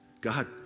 God